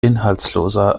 inhaltsloser